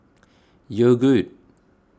Yogood